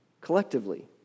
collectively